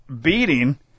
beating